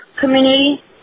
community